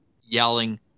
yelling